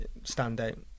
standout